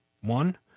one